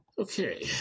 Okay